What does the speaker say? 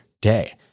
day